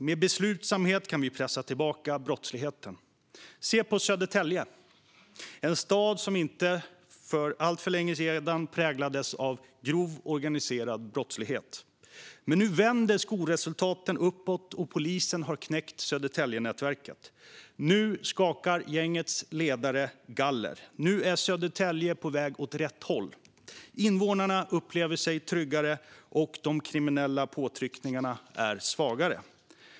Med beslutsamhet kan vi pressa tillbaka brottsligheten. Se på Södertälje - en stad som för inte så länge sedan präglades av grov organiserad brottslighet. Nu vänder skolresultaten uppåt, och polisen har knäckt Södertäljenätverket. Nu skakar gängets ledare galler. Nu är Södertälje på väg åt rätt håll. Invånarna upplever sig tryggare, och de kriminella påtryckningarna är svagare.